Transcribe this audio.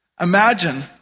Imagine